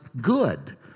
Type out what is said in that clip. good